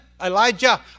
Elijah